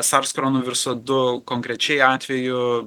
sars koronaviruso du konkrečiai atveju